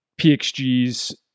PXG's